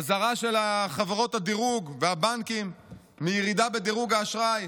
אזהרה של חברות הדירוג והבנקים מירידה בדירוג האשראי,